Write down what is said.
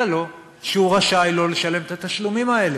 לו שהוא רשאי לא לשלם את התשלומים האלה.